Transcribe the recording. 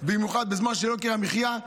במיוחד בזמן של יוקר מחיה,